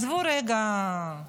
תעזבו רגע את